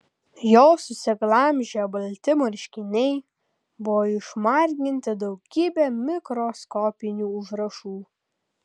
jo susiglamžę balti marškiniai buvo išmarginti daugybe mikroskopinių užrašų